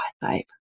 babe